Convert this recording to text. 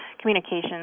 communications